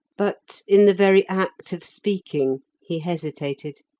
but in the very act of speaking, he hesitated.